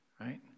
right